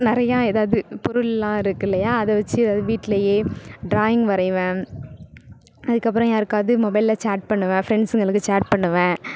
நிறையா ஏதாவது பொருளெலாம் இருக்குது இல்லையா அதை வச்சு ஏதாவது வீட்டிலேயே ட்ராயிங் வரைவேன் அதுக்கப்புறம் யாருக்காவது மொபைலில் சாட் பண்ணுவேன் ஃப்ரெண்ட்ஸுங்களுக்கு சாட் பண்ணுவேன்